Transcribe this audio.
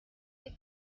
the